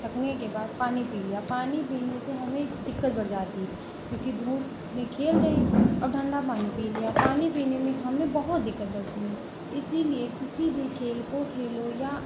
थकने के बाद पानी पी लिया पानी पीने से हमें दिक्कत बढ़ जाती है क्योंकि धूप में खेल रहें और ठंडा पानी पी लिया पानी पीने में हमें बहुत दिक्कत बढ़ती है इसीलिए किसी भी खेल को खेलो या